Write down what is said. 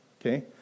okay